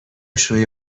شوی